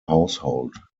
household